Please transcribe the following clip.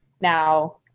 now